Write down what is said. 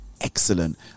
excellent